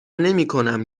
نمیکنم